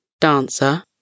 Dancer